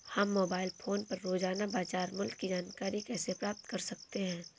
हम mobile phone पर रोजाना बाजार मूल्य की जानकारी कैसे प्राप्त कर सकते हैं?